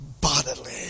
bodily